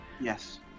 Yes